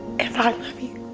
i love you.